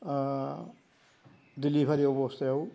delivery अबस्थायाव